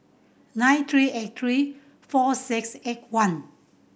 nine three eight three four six eight one